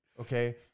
Okay